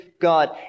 God